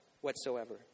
whatsoever